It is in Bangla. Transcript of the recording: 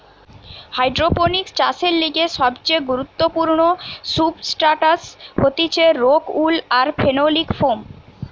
হাইড্রোপনিক্স চাষের লিগে সবচেয়ে গুরুত্বপূর্ণ সুবস্ট্রাটাস হতিছে রোক উল আর ফেনোলিক ফোম